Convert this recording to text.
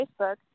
Facebook